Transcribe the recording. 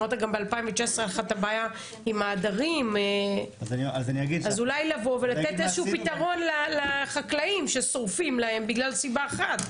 אז אולי לבוא ולתת איזושהו פיתרון לחקלאים ששורפים להם בגלל סיבה אחת.